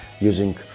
using